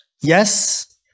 Yes